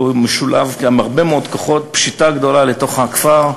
הוא משולב בהרבה מאוד כוחות: פשיטה גדולה לתוך הכפר,